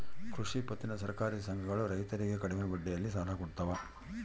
ಕೃಷಿ ಪತ್ತಿನ ಸಹಕಾರಿ ಸಂಘಗಳು ರೈತರಿಗೆ ಕಡಿಮೆ ಬಡ್ಡಿಯಲ್ಲಿ ಸಾಲ ಕೊಡ್ತಾವ